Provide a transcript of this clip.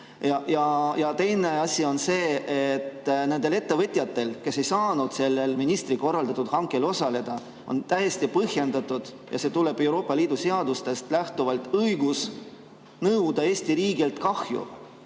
asi on see, et nendel ettevõtjatel, kes ei saanud sellel ministri korraldatud hankel osaleda, on täiesti põhjendatud ja Euroopa Liidu seadustest lähtuv õigus nõuda Eesti riigilt kahju